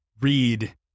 read